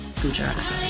Gujarat